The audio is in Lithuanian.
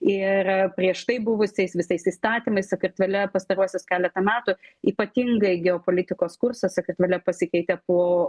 ir prieš tai buvusiais visais įstatymais sakartvele pastaruosius keletą metų ypatingai geopolitikos kursas sakartvele pasikeitė po